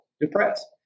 depressed